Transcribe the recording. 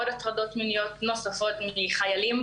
עוד הטרדות מיניות מצד חיילים